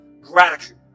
gratitude